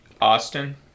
Austin